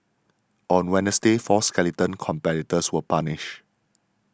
on Wednesday four skeleton competitors were punished